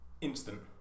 instant